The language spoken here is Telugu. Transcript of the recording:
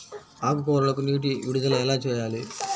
ఆకుకూరలకు నీటి విడుదల ఎలా చేయాలి?